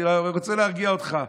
אני רוצה להרגיע אותך.